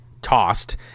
tossed